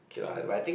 and